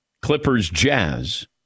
Clippers-Jazz